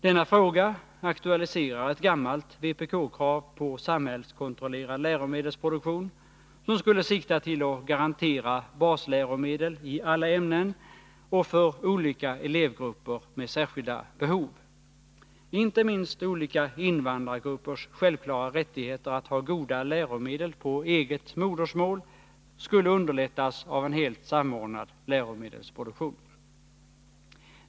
Denna fråga aktualiserar ett gammalt vpk-krav på samhällskontrollerad läromedelsproduktion, som skulle sikta till att garantera basläromedel i alla ämnen och för olika elevgrupper med särskilda behov. Inte minst olika invandrargruppers självklara rättigheter till goda läromedel på eget modersmål skulle underlättas av en helt samordnad läromedelsproduktion.